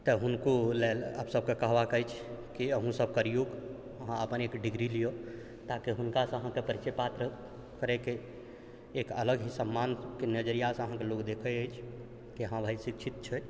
तऽ हुनको लेल आब सबके कहबाक अछि कि अहूँसब करिऔ अहाँ अपन एक डिग्री लिअ ताकि हुनकासँ अहाँके परिचय पात्र करैके एक अलग ही सम्मानके नजरिआसँ अहाँके लोक देखै अछि कि हाँ भाइ शिक्षित छै